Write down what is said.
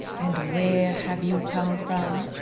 and where have you come from?